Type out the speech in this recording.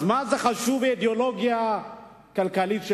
אז מה זה חשוב האידיאולוגיה הכלכלית שלי?